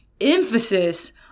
emphasis